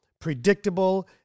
predictable